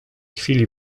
chwili